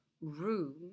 room